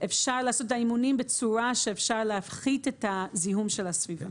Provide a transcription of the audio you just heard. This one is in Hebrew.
אפשר לעשות את האימונים בצורה שאפשר להפחית את הזיהום של השריפה.